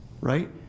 right